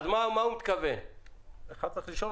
אז תקראי גם